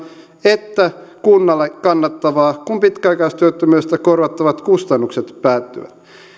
että kunnalle kannattavaa kun pitkäaikaistyöttömyydestä korvattavat kustannukset päättyvät